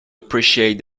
appreciate